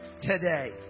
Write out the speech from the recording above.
today